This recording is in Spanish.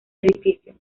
edificio